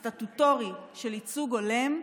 למנגנון, לכלי הסטטוטורי של ייצוג הולם,